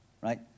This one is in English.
right